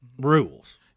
rules